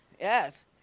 Yes